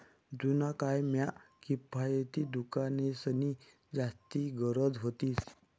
जुना काय म्हा किफायती दुकानेंसनी जास्ती गरज व्हती